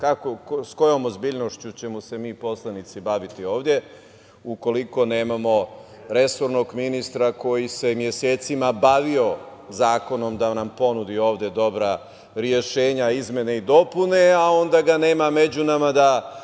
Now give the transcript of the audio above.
s kojom ozbiljnošću ćemo se mi poslanici baviti ovde, ukoliko nemamo resornog ministra koji se mesecima bavio zakonom da nam ponudi ovde dobra rešenja, izmene i dopune, a onda ga nema među nama da